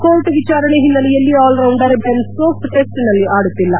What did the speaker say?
court ವಿಚಾರಣೆ ಹಿನ್ನೆಲೆಯಲ್ಲಿ all rounder Ben Stokes ಟಿಸ್ಟ್ನಲ್ಲಿ ಆದುತ್ತಿಲ್ಲ